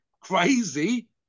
crazy